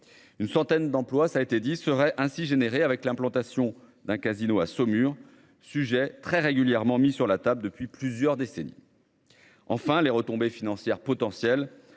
Une centaine d'emplois, ça a été dit serait ainsi générer avec l'implantation d'un casino à Saumur, sujet très régulièrement mis sur la table depuis plusieurs décennies. Enfin les retombées financières potentielles